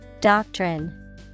Doctrine